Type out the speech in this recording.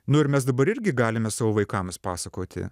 nu ir mes dabar irgi galime savo vaikams pasakoti